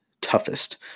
toughest